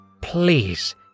Please